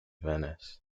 venice